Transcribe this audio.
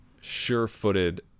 Sure-footed